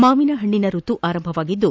ಮಾವಿನ ಪಣ್ಣಿನ ಋತು ಆರಂಭವಾಗಿದ್ದು